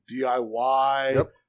diy